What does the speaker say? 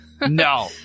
no